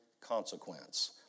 consequence